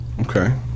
Okay